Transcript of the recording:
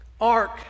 ark